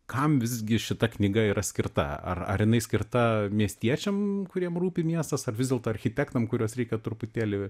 kam visgi šita knyga yra skirta ar ar jinai skirta miestiečiam kuriem rūpi miestas ar vis dėlto architektam kuriuos reikia truputėlį